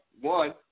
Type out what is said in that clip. One